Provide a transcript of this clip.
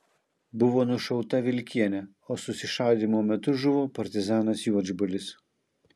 buvo nušauta vilkienė o susišaudymo metu žuvo partizanas juodžbalis